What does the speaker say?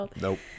Nope